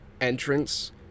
entrance